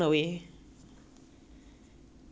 no lah it's a different kind of pain lah